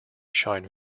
shine